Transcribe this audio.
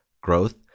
growth